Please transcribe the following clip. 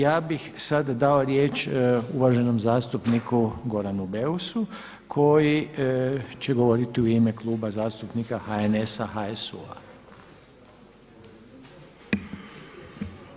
Ja bih sad dao riječ uvaženom zastupniku Goranu Beusu koji će govoriti u ime Kluba zastupnika HNS-a, HSZ-a.